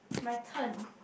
my turn